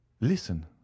listen